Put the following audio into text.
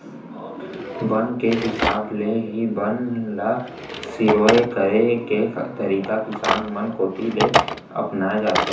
बन के हिसाब ले ही बन ल सिरोय करे के तरीका किसान मन कोती ले अपनाए जाथे